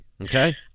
Okay